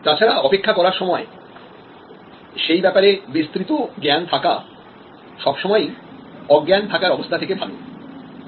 তাছাড়া অপেক্ষা করার সময় সেই ব্যাপারে বিস্তৃত জ্ঞান থাকা সব সময় অজ্ঞান থাকার অবস্থা থেকে ভালো